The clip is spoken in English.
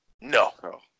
No